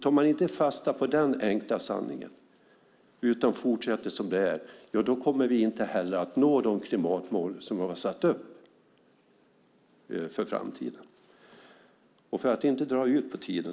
Tar man inte fasta på den enkla sanningen utan fortsätter som det är kommer man heller inte att nå de klimatmål som man har satt upp för framtiden.